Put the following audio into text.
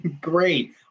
Great